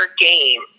game